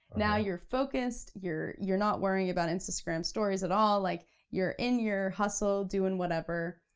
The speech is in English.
now you're focused, you're you're not worrying about instagram stories at all, like you're in your hustle, doin' whatever.